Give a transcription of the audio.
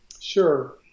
Sure